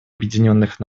объединенных